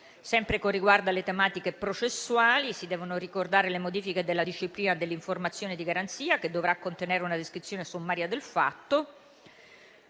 Sempre con riguardo alle tematiche processuali, si devono ricordare le modifiche della disciplina dell'informazione di garanzia, che dovrà contenere una descrizione sommaria del fatto;